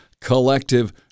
collective